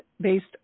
based